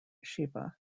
shiva